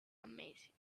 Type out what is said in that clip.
amazing